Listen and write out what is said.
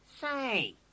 Say